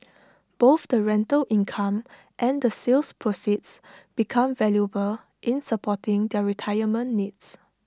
both the rental income and the sale proceeds become valuable in supporting their retirement needs